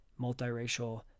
multiracial